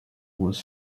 was